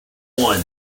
one